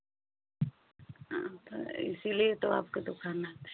हाँ तो इसीलिए तो आपका दुकान आते हैं